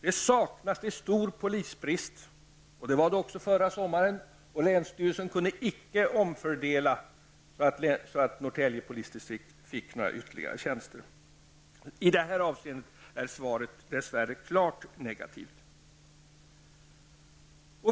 Polisbristen är stor, och det var den också förra sommaren. Länsstyrelsen kunde icke göra omfördelningar så att Norrtälje polisdistrikt fick några ytterligare tjänster. I det avseendet är svaret dess värre klart negativt.